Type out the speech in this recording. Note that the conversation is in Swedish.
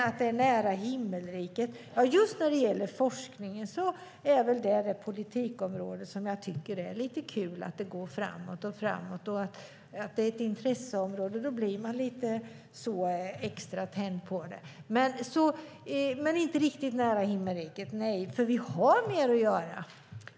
Att vi är nära himmelriket - ja, just när det gäller forskningen är det väl det politikområde där jag tycker att det är lite kul att det går framåt. Och när det är ett intresseområde blir man lite extra tänd på det. Men vi är inte riktigt nära himmelriket, nej. Vi har mer att göra.